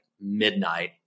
midnight